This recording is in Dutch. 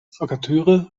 vacature